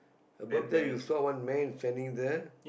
above that you saw one man standing there